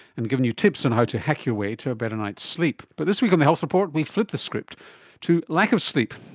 and given you tips on how to hack your way to a better night's sleep. but this week on the health report we flip the script to lack of sleep.